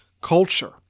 culture